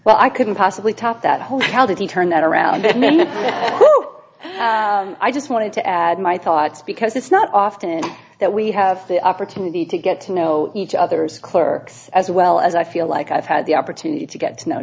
well i couldn't possibly talk that whole how did he turn that around then who i just wanted to add my thoughts because it's not often that we have the opportunity to get to know each other's clerks as well as i feel like i've had the opportunity to get to know